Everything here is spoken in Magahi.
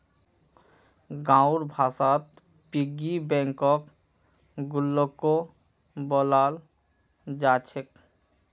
गाँउर भाषात पिग्गी बैंकक गुल्लको बोलाल जा छेक